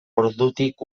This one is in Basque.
ordutik